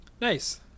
Nice